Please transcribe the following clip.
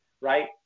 right